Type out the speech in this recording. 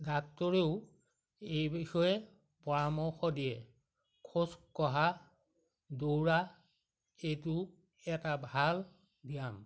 ডাক্তৰেও এই বিষয়ে পৰামৰ্শ দিয়ে খোজ কঢ়া দৌৰা এইটো এটা ভাল ব্যায়াম